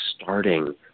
starting